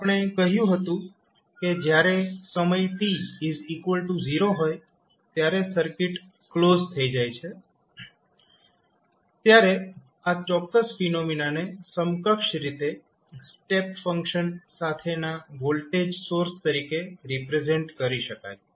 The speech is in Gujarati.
આપણે કહ્યું હતું કે જ્યારે સમય t 0 હોય ત્યારે સર્કિટ ક્લોઝ થઇ જાય છે ત્યારે આ ચોક્કસ ફિનોમિના ને સમકક્ષ રીતે સ્ટેપ ફંક્શન સાથેના વોલ્ટેજ સોર્સ તરીકે રિપ્રેઝેન્ટ કરી શકાય છે